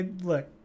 look